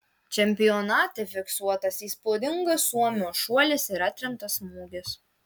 čempionate fiksuotas įspūdingas suomio šuolis ir atremtas smūgis